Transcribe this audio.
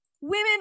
women